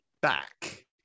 back